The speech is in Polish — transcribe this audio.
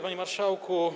Panie Marszałku!